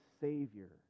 savior